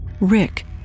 Rick